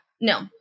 No